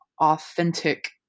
authentic